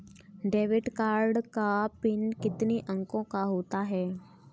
Debit card का PIN कितने अंकों का होता है?